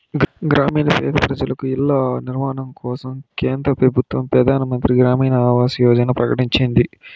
గ్రామీణ పేద పెజలకు ఇల్ల నిర్మాణం కోసరం కేంద్ర పెబుత్వ పెదానమంత్రి గ్రామీణ ఆవాస్ యోజనని ప్రకటించింది